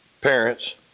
parents